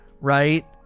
right